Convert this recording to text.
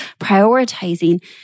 prioritizing